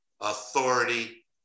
authority